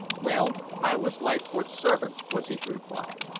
well, i was leithcourt's servant, was his reply.